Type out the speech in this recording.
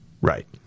Right